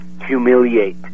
humiliate